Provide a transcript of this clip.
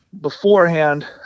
beforehand